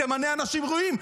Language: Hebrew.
תמנה אנשים ראויים.